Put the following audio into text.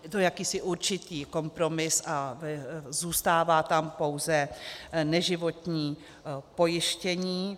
Je to jakýsi určitý kompromis a zůstává tam pouze neživotní pojištění.